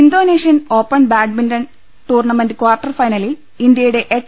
Indonesian open badminton tournament quarter ഫൈനലിൽ ഇന്ത്യയുടെ H